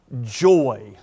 joy